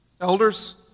Elders